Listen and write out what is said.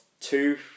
Two